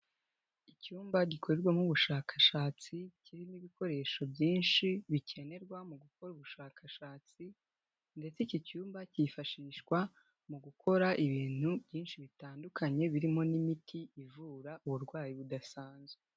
Icyumba gikorerwamo ubushakashatsi kirimo ibikoresho byinshi, bikenerwa mu gukora ubushakashatsi ndetse iki cyumba cyifashishwa mu gukora ibintu byinshi bitandukanye, birimo n'imiti ivura uburwayi budasanzwe.